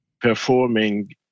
performing